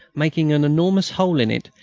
making an enormous hole in it,